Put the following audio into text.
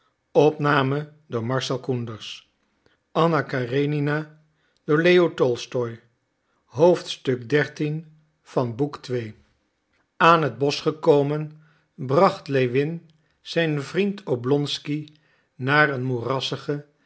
aan het bosch gekomen bracht lewin zijn vriend oblonsky naar een moerassige